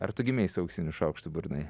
ar tu gimei su auksiniu šaukštu burnoje